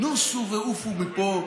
נוסו ועופו מפה,